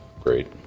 Great